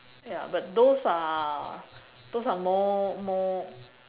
ya but those are those are more more